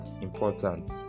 important